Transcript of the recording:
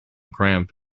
cramp